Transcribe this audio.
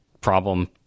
problem